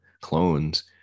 clones